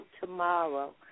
tomorrow